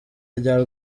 rya